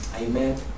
Amen